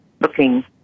looking